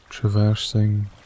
Traversing